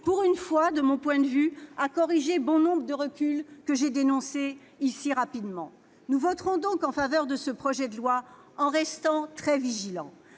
pour une fois, de mon point de vue, à corriger bon nombre des reculs que je viens rapidement de dénoncer. Nous voterons donc en faveur de ce projet de loi, en restant très vigilants.